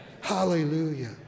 Hallelujah